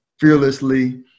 fearlessly